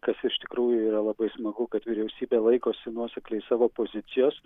kas iš tikrųjų yra labai smagu kad vyriausybė laikosi nuosekliai savo pozicijos